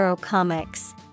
comics